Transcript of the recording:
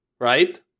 right